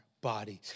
bodies